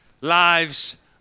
lives